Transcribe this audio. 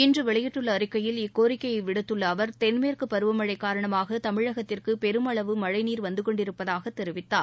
இன்று வெளியிட்டுள்ள அறிக்கையில் இக்கோரிக்கையை விடுத்துள்ள அவர் தெற்மேற்கு பருவமழை காரணமாக தமிழகத்திற்கு பெருமளவு மழைநீர் வந்துகொண்டிருப்பதாக தெரிவித்தார்